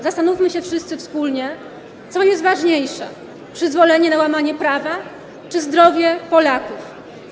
Zastanówmy się wszyscy wspólnie, co jest ważniejsze: przyzwolenie na łamanie prawa czy zdrowie Polaków.